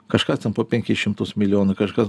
kažkas ten po penkis šimtus milijonų kažkas